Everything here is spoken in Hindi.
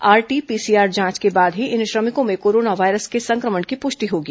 आरटी पीसीआर जांच के बाद ही इन श्रमिकों में कोरोना वायरस के संक्रमण की पुष्टि होगी